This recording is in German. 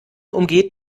umgeht